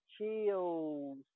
chills